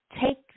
Take